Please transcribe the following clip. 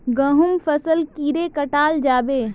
गहुम फसल कीड़े कटाल जाबे?